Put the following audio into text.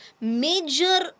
major